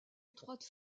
étroite